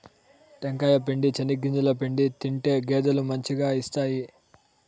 టెంకాయ పిండి, చెనిగింజల పిండి తింటే గేదెలు మంచిగా ఇస్తాయి